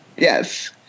Yes